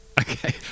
Okay